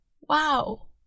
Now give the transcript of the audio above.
wow